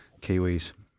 Kiwis